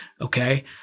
okay